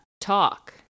talk